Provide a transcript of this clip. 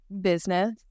business